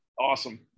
Awesome